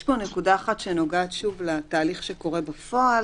יש פה נקודה אחת שנוגעת שוב לתהליך שקורה בפועל,